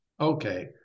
Okay